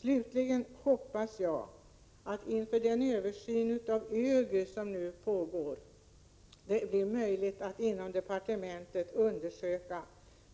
Slutligen hoppas jag att man i samband med den pågående ÖGY översynen inom departementet skall kunna undersöka